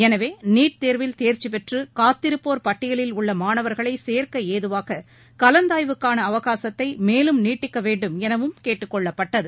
எனவே நீட் தேர்வில் தேர்ச்சி பெற்று காத்திருப்போர் பட்டியலில் உள்ள மாணவர்களை சேர்க்க ஏதுவாக கலந்தாய்வுக்கான அவகாசத்தை மேலும் நீட்டிக்க வேண்டும் எனவும் கேட்டுக்கொள்ளப்பட்டது